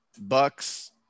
Bucks